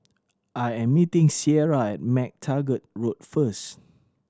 I am meeting Cierra at MacTaggart Road first